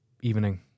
evening